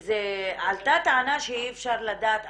עלתה טענה שאי אפשר לדעת.